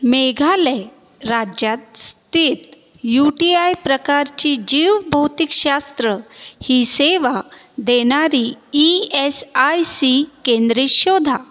मेघालय राज्यात स्थित U T I प्रकारची जीवभौतिकशास्त्र ही सेवा देणारी ई एस आय सी केंद्रे शोधा